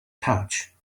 pouch